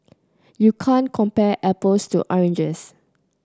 you can't compare apples to oranges